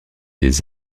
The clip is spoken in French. des